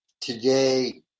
Today